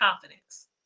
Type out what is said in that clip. confidence